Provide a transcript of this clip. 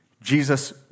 Jesus